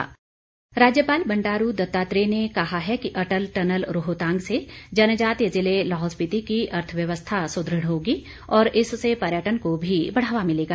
राज्यपाल राज्यपाल बंडारू दत्तात्रेय ने कहा है कि अटल टनल रोहतांग से जनजातीय जिले लाहौल स्पिति की अर्थव्यवस्था सुदृढ़ होगी और इससे पर्यटन को भी बढ़ावा मिलेगा